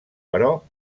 però